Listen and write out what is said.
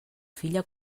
filla